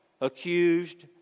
accused